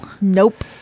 Nope